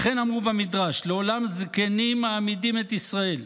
וכן אמרו במדרש: "לעולם זקנים מעמידים את ישראל,